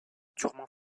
durement